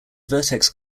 vertex